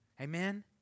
Amen